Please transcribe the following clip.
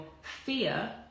fear